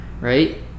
Right